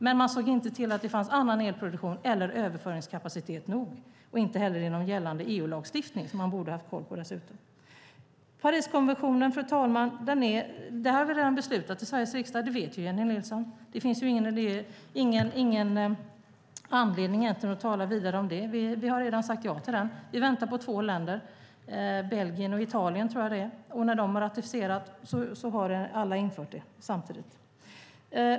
Men man såg inte till att det fanns annan elproduktion eller överföringskapacitet nog, inte heller inom gällande EU-lagstiftning, som man borde ha haft koll på. Pariskonventionen, fru talman, har vi redan beslutat om i Sveriges riksdag. Det vet Jennie Nilsson. Det finns ingen anledning att tala vidare om det. Vi har redan sagt ja till den. Vi väntar på två länder. Jag tror att det är Belgien och Italien. När de har ratificerat så har alla infört det samtidigt.